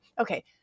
okay